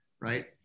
right